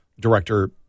Director